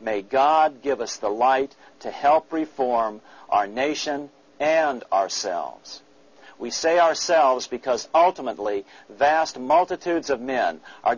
may god give us the light to help reform our nation and ourselves we say ourselves because ultimately the vast multitude of men are